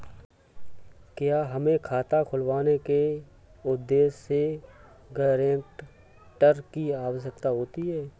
क्या हमें खाता खुलवाने के उद्देश्य से गैरेंटर की आवश्यकता होती है?